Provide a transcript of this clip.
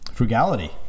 Frugality